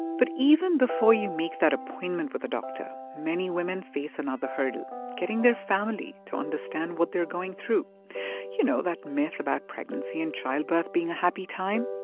but even before you make that appointment with a doctor, many women face another hurdle getting their family to understand what they're going through you know, that myth about pregnancy and childbirth being a happy time.